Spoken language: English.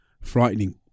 Frightening